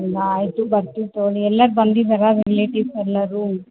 ಆಯಿತು ಬರ್ತೀವಿ ತಗೋಳ್ಳಿ ಎಲ್ಲರು ಬಂದಿದ್ದಾರ ರಿಲೇಟಿವ್ಸ್ ಎಲ್ಲರು